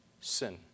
sin